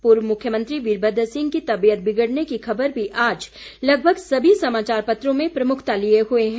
पूर्व मुख्यमंत्री वीरमद्र सिंह की तबीयत बिगड़ने की खबर भी आज लगभग सभी समाचार पत्रों में प्रमुखता लिए हुए है